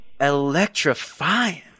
electrifying